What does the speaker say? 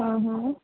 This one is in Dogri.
आं हां